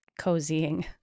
cozying